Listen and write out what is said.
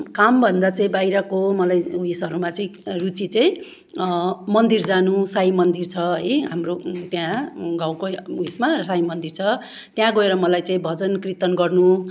काम भन्दा चाहिँ बाहिरको मलाई उयसहरूमा चाहिँ रुचि चाहिँ मन्दिर जानु साई मन्दिर छ है हाम्रो त्या गाउँकै उयसमा साई मन्दिर छ त्याँ गोएर मलाई चाहिँ भजन कीर्तन गर्नु